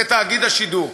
וזה תאגיד השידור.